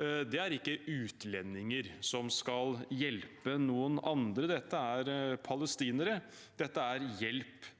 Dette er ikke utlendinger som skal hjelpe noen andre. Dette er palestinere, dette er hjelp til